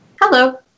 Hello